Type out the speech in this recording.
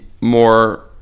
more